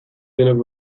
denok